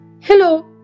Hello